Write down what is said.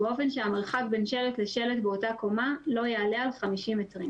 באופן שהמרחק בין שלט לשלט באותה קומה לא יעלה על 50 מטרים,